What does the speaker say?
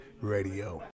Radio